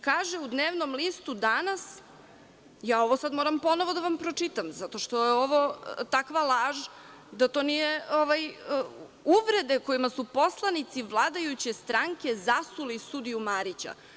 Kaže u dnevnom listu „Danas“, ovo moram ponovo da vam pročitam zato što je ovo takva laž – uvrede kojima su poslanici vladajuće stranke zasuli sudiju Majića.